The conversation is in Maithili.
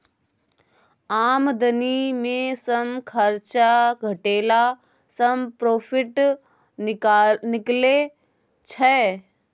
आमदनी मे सँ खरचा घटेला सँ प्रोफिट निकलै छै